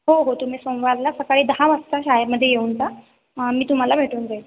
हो हो तुम्ही सोमवारला सकाळी दहा वाजता शाळेमध्ये येऊन जा मी तुम्हाला भेटू जाईन